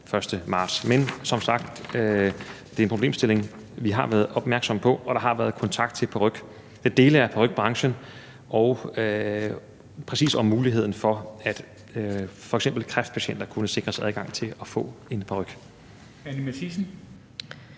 1. marts. Men som sagt er det en problemstilling, vi har været opmærksomme på, og der har været kontakt til dele af parykbranchen om muligheden for, at f.eks. kræftpatienter kunne sikres adgang til at få en paryk.